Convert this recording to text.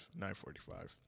9.45